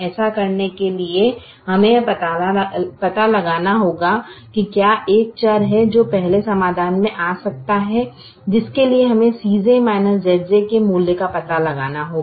ऐसा करने के लिए हमें यह पता लगाना होगा कि क्या एक चर है जो पहले समाधान में आ सकता है जिसके लिए हमें Cj Zj के मूल्यों का पता लगाना होगा